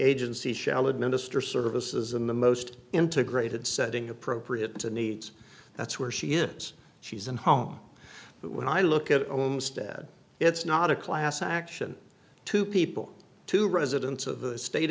agency shall administer services in the most integrated setting appropriate to needs that's where she is she's in home but when i look at ohms dad it's not a class action two people two residents of a state